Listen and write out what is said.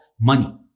money